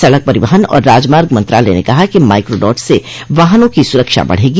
सड़क परिवहन और राजमार्ग मंत्रालय ने कहा कि माइक्रोडॉट्स से वाहनों की सुरक्षा बढ़ेगी